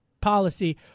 policy